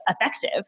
effective